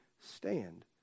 stand